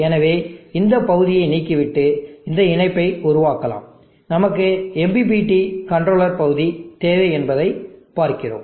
எனவே இந்த பகுதியை நீக்கிவிட்டு இந்த இணைப்பை உருவாக்கலாம் நமக்கு MPPT கண்ட்ரோலர் பகுதி தேவை என்பதை பார்க்கிறோம்